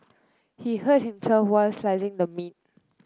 he hurt himself while slicing the meat